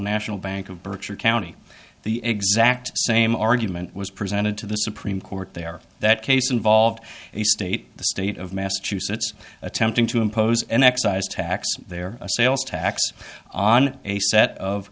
national bank of berkshire county the exact same argument was presented to the supreme court there that case involved a state the state of massachusetts attempting to impose an excise tax there a sales tax on a set of